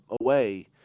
away